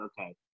Okay